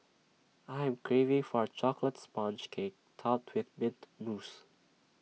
I am craving for A Chocolate Sponge Cake Topped with Mint Mousse